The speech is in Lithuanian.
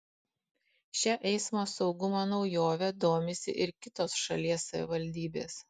šia eismo saugumo naujove domisi ir kitos šalies savivaldybės